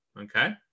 Okay